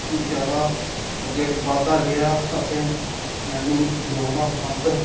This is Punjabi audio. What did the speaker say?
ਜ਼ਿਆਦਾ ਅੱਗੇ ਵੱਧਦਾ ਗਿਆ ਅਤੇ ਮੈਨੂੰ ਦੌੜਨਾ ਪਸੰਦ